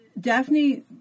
Daphne